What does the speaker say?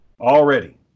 Already